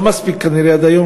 לא מספיק כנראה עד היום,